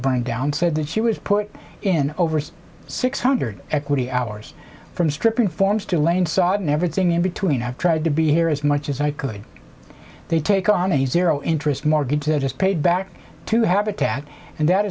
bring down said that she was put in over six hundred equity hours from stripping forms to lane sodden everything in between i've tried to be here as much as i could they take on and zero interest mortgages paid back to habitat and that